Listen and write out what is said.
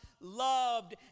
loved